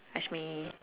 ask me